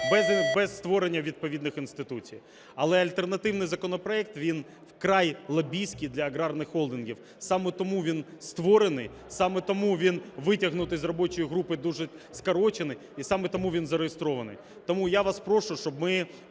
без створення відповідних інституцій, але альтернативний законопроект, він вкрай лобістський для аграрних холдингів. Саме тому він створений, саме тому він витягнутий із робочої групи дуже скорочений, і саме тому він зареєстрований. Тому я вас прошу, щоб ми